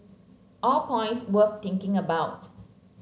all points worth thinking about